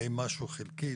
האם משהו חלקי,